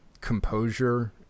composure